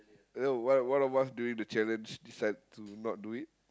no one of one of us doing the challenge decide to not do it